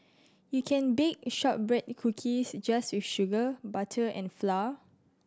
you can bake shortbread cookies just with sugar butter and flour